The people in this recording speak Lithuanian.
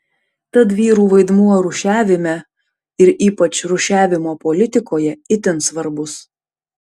tad vyrų vaidmuo rūšiavime ir ypač rūšiavimo politikoje itin svarbus